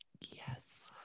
Yes